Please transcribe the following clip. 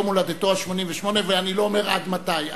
ליום הולדתו ה-88, ואני לא אומר עד מתי.